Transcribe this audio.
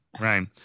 Right